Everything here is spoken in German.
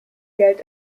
geld